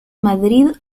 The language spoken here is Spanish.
madrid